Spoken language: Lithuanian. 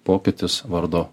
pokytis vardo